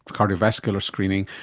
cardiovascular screening,